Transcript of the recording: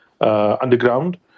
underground